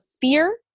fear